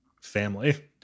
family